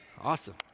Awesome